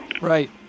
Right